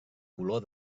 color